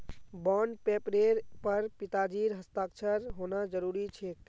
bond पेपरेर पर पिताजीर हस्ताक्षर होना जरूरी छेक